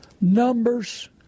numbers